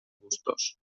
gustos